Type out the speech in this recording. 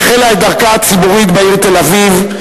והחלה את דרכה הציבורית בעיר תל-אביב,